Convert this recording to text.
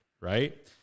Right